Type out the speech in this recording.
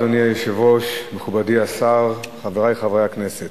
אדוני היושב-ראש, מכובדי השר, חברי חברי הכנסת,